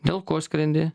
dėl ko skrendi